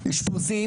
אשפוזים